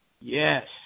Yes